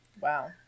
Wow